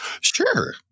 Sure